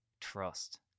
trust